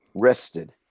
Rested